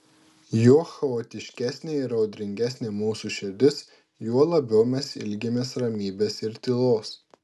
juo chaotiškesnė ir audringesnė mūsų širdis juo labiau mes ilgimės ramybės ir tylos